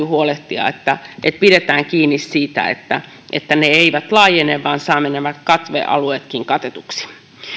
huolehtia että pidetään kiinni siitä että että ne eivät laajene vaan saamme nämä katvealueetkin katetuksi